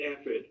effort